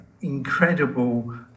incredible